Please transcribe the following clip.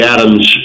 Adams